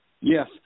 Yes